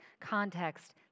context